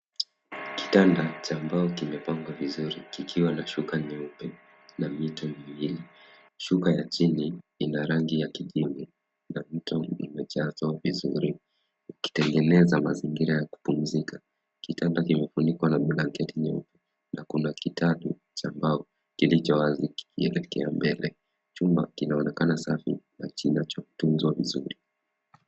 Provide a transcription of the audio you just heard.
Kitanda cha mbao kimepangwa vizuri kikiwa na shuka nyeupe na mito miwili. Shuka ya chini ina rangi ya kijivu na mto imejazwa vizuri ukitengeneza mazingira ya kupumzika. Kitanda kimefunikwa na blanketi nyeupe na kuna kitabu cha mbao kilicho wazi kikielekea mbele. Chumba kinaonekana safi na kinachotunzwa vizuri.